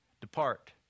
Depart